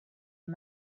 and